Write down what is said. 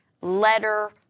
letter